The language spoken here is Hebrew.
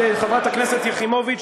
חברת הכנסת יחימוביץ,